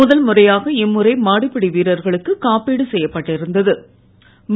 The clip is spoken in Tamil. முதல்முறையாக இம்முறை மாடுபிடி வீரர்களுக்கு காப்பீடு செய்யப்பட்டிருந்த்து